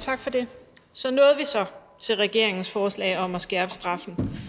Tak for det. Så nåede vi til regeringens forslag om at skærpe straffen,